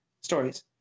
stories